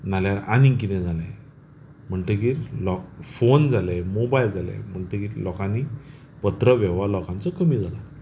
नाजाल्यार आनी कितें जालें म्हणटकीर लो फोन जाले मोबायल जाले म्हणटकीर लोकांनीं पत्र व्यवहार लोकांचो कमी जालो